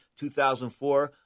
2004